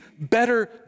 better